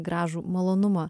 gražų malonumą